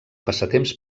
passatemps